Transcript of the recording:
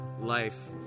life